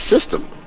system